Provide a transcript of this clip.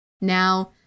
Now